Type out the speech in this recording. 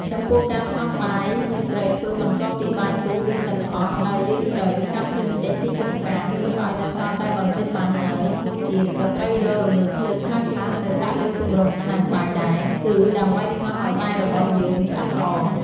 ចំពោះការផ្ងំបាយ យើងត្រូវធ្វើបន្ទាប់ពីបាយពុះរីងទឹកអស់ ដោយយើងត្រូវចាប់ភ្លើងចេញពីចង្រ្កាន ទុកឱ្យនៅសល់តែបន្តិចបានហើយ មួយទៀតក៏ត្រូវយករងើកភ្លើងខ្លះៗទៅដាក់លើគម្របឆ្នាំងបាយដែរ គឺដើម្បីផ្ងំឱ្យបាយរបស់យើងឆ្អិនល្អ។